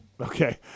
Okay